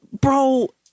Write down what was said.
bro